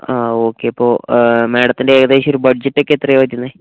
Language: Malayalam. ആ ഓക്കെ അപ്പോൾ മേഡത്തിൻ്റെ ഏകദേശമൊരു ബഡ്ജറ്റ് ഒക്കെ എത്രയാണ് വരുന്നത്